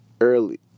early